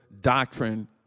doctrine